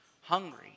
hungry